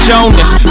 Jonas